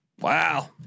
Wow